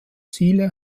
ziele